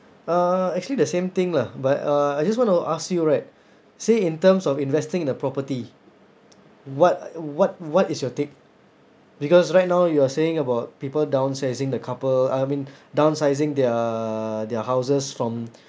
uh actually the same thing lah but uh I just want to ask you right say in terms of investing in a property what what what is your take because right now you are saying about people downsizing the couple I mean downsizing their their houses from